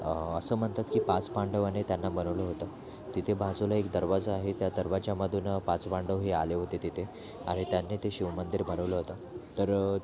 असं म्हणतात की पाच पांडवाने त्यांना बनवलं होतं तिथे बाजूला एक दरवाजा आहे त्या दरवाजामधून पाच पांडव हे आले होते तिथे आणि त्यांनी ते शिवमंदिर बनवलं होतं तर